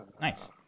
Nice